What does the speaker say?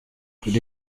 kuri